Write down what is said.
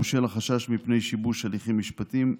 ובשל החשש מפני שיבוש הליכים משפטיים,